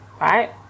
right